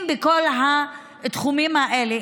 אם בכל התחומים האלה,